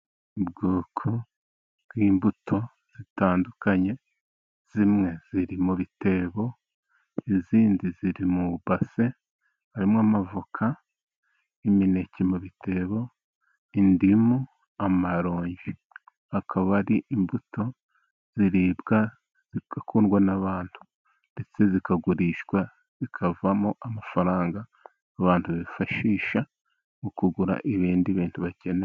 Ubwoko bw'imbuto zitandukanye zimwe ziri mu bitebo izindi ziri mu base; harimo amavoka, imineke mu bitebo, indimu, amarongi zikaba ari imbuto ziribwa zigakundwa n'abantu, ndetse zikagurishwa zikavamo amafaranga abantu bifashisha, mu kugura ibindi bintu bakeneye.